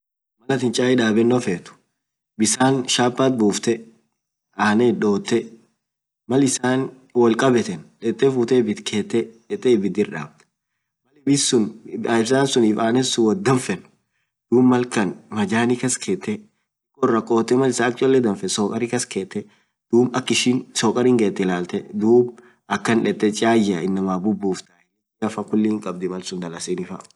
maalatin chai dabeno feet bisaan chapaat buftee annen it dotee, ibiid kette irdaabdee bissan sunnif aneen woat danfeen dikoo irrakotee mal ishhin danfiit sokarii kasketee ilaltee duub inamaa bubuftaa malsun dalasinii faa kulii hinkabdii malsuun.